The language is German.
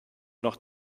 noch